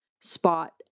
spot